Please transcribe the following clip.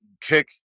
kick